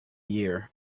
year